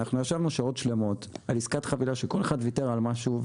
אנחנו ישבנו שעות שלמות על עסקת חבילה שכל אחד ויתר על משהו,